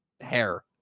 hair